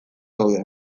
daude